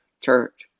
church